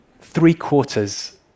Three-quarters